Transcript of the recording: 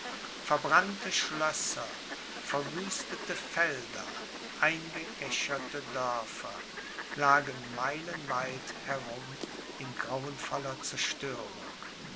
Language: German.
verbrannte schlösser verwüstete felder eingeäscherte dörfer lagen meilenweit herum in grauenvoller zerstörung